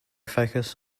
focus